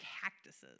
cactuses